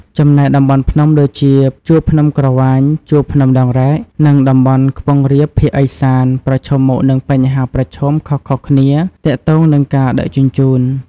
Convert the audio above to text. ចំណែកតំបន់ភ្នំដូចជា ជួរភ្នំក្រវាញ ជួរភ្នំដងរែក និងតំបន់ខ្ពង់រាបភាគឦសាន ប្រឈមមុខនឹងបញ្ហាប្រឈមខុសៗគ្នាទាក់ទងនឹងការដឹកជញ្ជូន។